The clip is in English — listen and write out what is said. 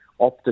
Opta